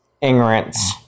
ignorance